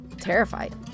terrified